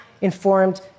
informed